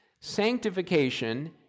Sanctification